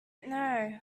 know